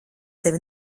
tevi